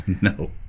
No